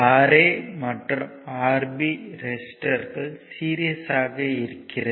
Ra மற்றும் Rb ரெசிஸ்டர்கள் சீரிஸ்யாக இருக்கிறது